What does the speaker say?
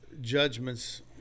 judgments